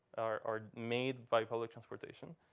are made by public transportation.